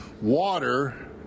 water